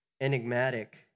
enigmatic